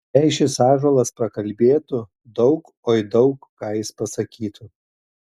jei šis ąžuolas prakalbėtų daug oi daug ką jis pasakytų